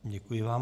Děkuji vám.